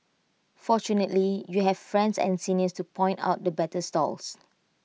fortunately you have friends and seniors to point out the better stalls